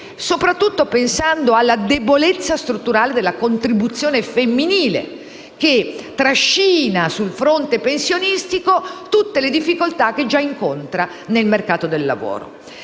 soprattutto pensando alla debolezza strutturale della contribuzione femminile, che trascina sul fronte pensionistico tutte le difficoltà che già incontra nel mercato del lavoro.